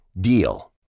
DEAL